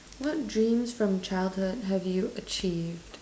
what dreams from childhood have you achieved